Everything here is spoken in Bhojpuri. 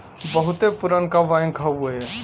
बहुते पुरनका बैंक हउए